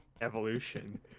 evolution